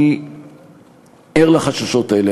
אני ער לחששות האלה,